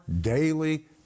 Daily